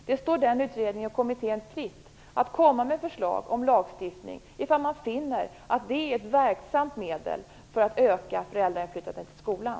Det står den kommittén fritt att komma med förslag om lagstiftning om den finner att det är ett verksamt medel för att öka föräldrainflytandet i skolan.